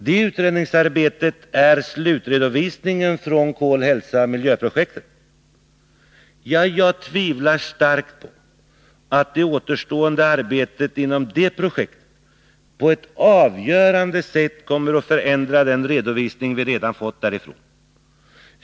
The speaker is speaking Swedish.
Det utredningsarbetet avser slutredovisningen från Kol-Hälsa Miljö-projektet. Jag tvivlar starkt på att det återstående arbetet inom det projektet på ett avgörande sätt kommer att förändra den redovisning som vi redan har fått.